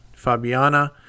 fabiana